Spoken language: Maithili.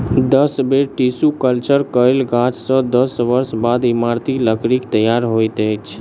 दस बेर टिसू कल्चर कयल गाछ सॅ दस वर्ष बाद इमारती लकड़ीक तैयार होइत अछि